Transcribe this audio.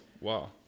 Wow